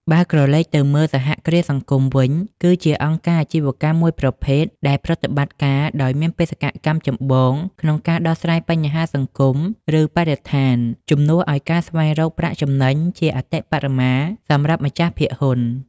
បើក្រឡេកទៅមើល សហគ្រាសសង្គមវិញ គឺជាអង្គការអាជីវកម្មមួយប្រភេទដែលប្រតិបត្តិការដោយមានបេសកកម្មចម្បងក្នុងការដោះស្រាយបញ្ហាសង្គម ឬបរិស្ថាន ជំនួសឱ្យការស្វែងរកប្រាក់ចំណេញជាអតិបរមាសម្រាប់ម្ចាស់ភាគហ៊ុន។